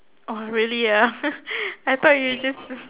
oh really ah I thought you just